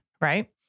right